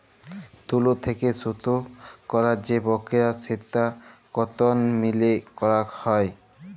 তুলো থেক্যে সুতো কইরার যে প্রক্রিয়া সেটো কটন মিলে করাক হয়